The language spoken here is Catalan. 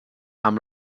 amb